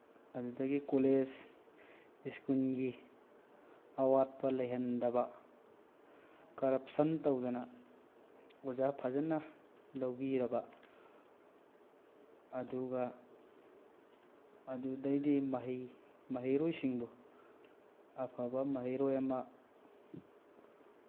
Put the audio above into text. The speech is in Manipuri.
ꯑꯗꯨꯗꯒꯤ ꯀꯣꯂꯦꯖ ꯏꯁꯀꯨꯜꯒꯤ ꯑꯋꯥꯠꯄ ꯂꯩꯍꯟꯗꯕ ꯀꯔꯞꯁꯟ ꯇꯧꯗꯅ ꯑꯣꯖꯥ ꯐꯖꯅ ꯂꯧꯕꯤꯔꯕ ꯑꯗꯨꯒ ꯑꯗꯨꯗꯒꯤꯗꯤ ꯃꯍꯩ ꯃꯍꯩꯔꯣꯏꯁꯤꯡꯕꯨ ꯑꯐꯕ ꯃꯍꯩꯔꯣꯏ ꯑꯃ